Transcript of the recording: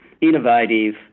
innovative